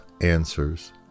answers